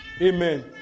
Amen